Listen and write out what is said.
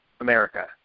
America